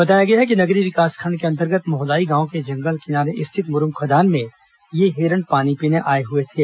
बताया गया है कि नगरी विकासखंड के अंतर्गत मोहलाई गांव के जंगल किनारे स्थित मुरूम खदान में ये हिरण पानी पीने आए थे